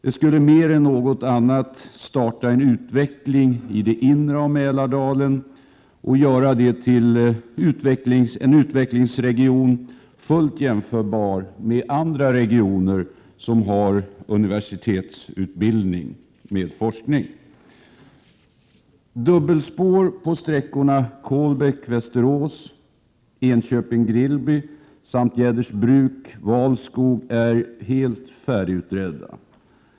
Detta skulle mer än något annat starta en utveckling i det inre av Mälardalen och göra denna till en utvecklingsregion fullt jämförbar med andra regioner som har universitetsutbildning med forskning. Frågorna om dubbelspår på sträckorna Kolbäck-Västerås, Enköping-Grillby samt Jädersbruk-Valskog är helt färdigutredda.